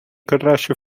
краще